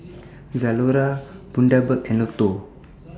Zalora Bundaberg and Lotto